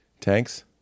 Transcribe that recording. Tanks